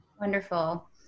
Wonderful